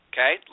Okay